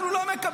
אנחנו לא מקבלים.